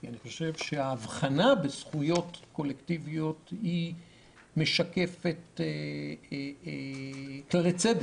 כי אני חושב שהאבחנה בזכויות קולקטיביות משקפת כללי צדק,